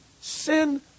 Sin